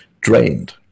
drained